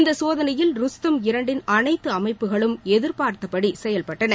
இந்த சோதனையில் ருஸ்தம் இரண்டின் அனைத்து அமைப்புகளும் எதிர்பார்த்தபடி செயல்பட்டன